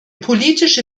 politische